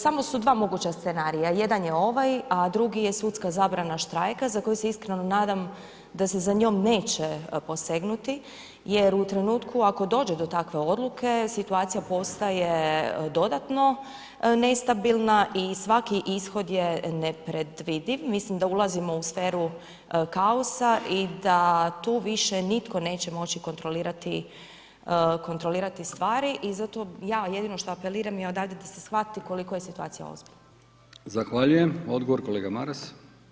Samo su dva moguća scenarija, jedan je ovaj a drugi je sudska zabrana štrajka za koju se iskreno nadam da se za njom neće posegnuti jer u trenutku ako dođe do takve odluke, situacija postaje dodatno nestabilna i svaki ishod je nepredvidiv, mislim da ulazimo u sferu kaosa i da tu više nitko neće moći kontrolirati stvari i zato ja jedino što apeliram je odavde da se shvati koliko je situacija ozbiljna.